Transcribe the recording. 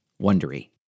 Wondery